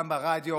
גם ברדיו